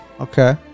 Okay